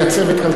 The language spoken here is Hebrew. כך ראוי.